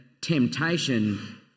temptation